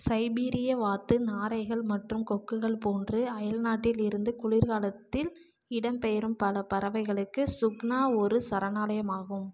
சைபீரிய வாத்து நாரைகள் மற்றும் கொக்குகள் போன்று அயல்நாட்டில் இருந்து குளிர் காலத்தில் இடம்பெயரும் பல பறவைகளுக்கு சுக்னா ஒரு சரணாலயமாகும்